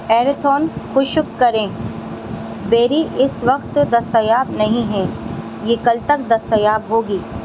earphone خشک کریں بیری اس وقت دستیاب نہیں ہیں یہ کل تک دستیاب ہوگی